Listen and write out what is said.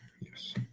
Yes